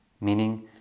Meaning